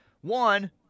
One